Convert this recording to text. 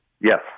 Yes